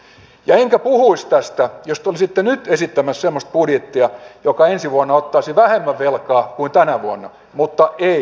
en puhuisi tästä jos te olisitte nyt esittämässä semmoista budjettia joka ensi vuonna ottaisi vähemmän velkaa kuin tänä vuonna mutta ei